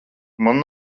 man